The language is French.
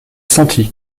sentit